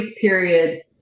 period